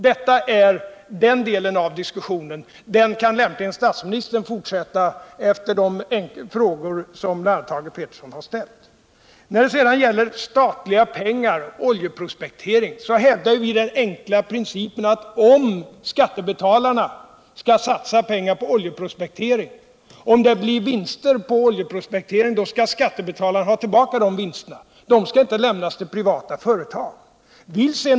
Denna del av diskussionen kan statsministern lämpligen fortsätta efter de När det piller statliga pengar till oljeprospektering hävdar vi den enkla principen ati om skattebetalarna skall satsa pengar på oljeprospektering och det blir vinster på oljeprospekteringen, skall skattebetalarna ha de vinsterna — de skall inte lämnas till privata företag.